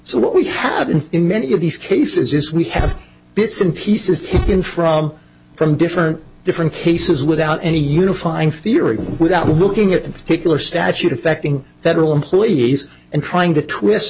so what we have been in many of these cases is we have bits and pieces taken from from different different cases without any unifying theory without looking at in particular statute affecting federal employees and trying to twist